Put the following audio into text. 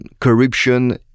corruption